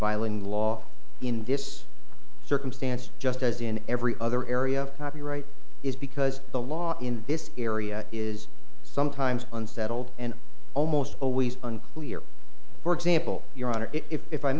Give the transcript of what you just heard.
violating law in this circumstance just as in every other area of copyright is because the law in this area is sometimes unsettled and almost always unclear for example your honor if i